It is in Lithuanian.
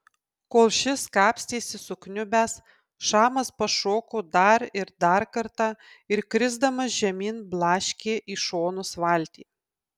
kol šis kapstėsi sukniubęs šamas pašoko dar ir dar kartą ir krisdamas žemyn blaškė į šonus valtį